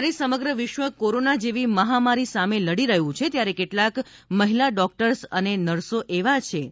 જ્યારે સમગ્ર વિશ્વ કોરોના જેવી મહામારી સામે લડી રહ્યું છે ત્યારે કેટલાક મહિલા ડોક્ટર્સ અને નર્સો એવા છે